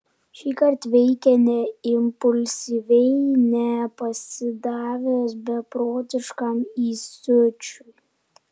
šįkart veikė ne impulsyviai ne pasidavęs beprotiškam įsiūčiui